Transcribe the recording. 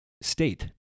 state